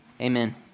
Amen